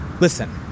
Listen